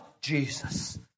Jesus